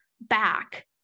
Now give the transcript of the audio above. back